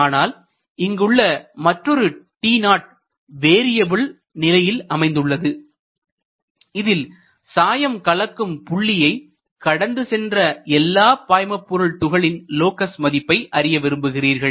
ஆனால் இங்கு உள்ள மற்றொரு t0 வேரியபில் நிலையில் அமைந்துள்ளது இதில் சாயம் கலக்கும் புள்ளியை கடந்துசென்ற எல்லா பாய்மபொருள் துகளின் லோக்கஸ் மதிப்பை அறிய விரும்புகிறீர்கள்